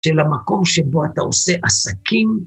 של המקום שבו אתה עושה עסקים.